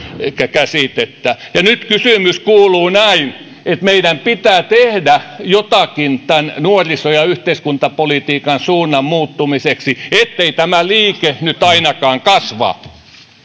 käsitettä ja nyt kysymys kuuluu näin että meidän pitää tehdä jotakin tämän nuoriso ja yhteiskuntapolitiikan suunnan muuttumiseksi ettei tämä liike nyt ainakaan kasva nyt